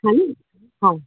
खाने में हाँ